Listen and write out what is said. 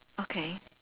okay